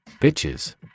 bitches